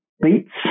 beats